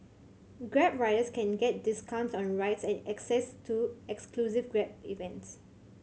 grab riders can get discounts on rides and access to exclusive Grab events